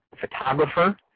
photographer